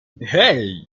hey